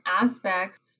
aspects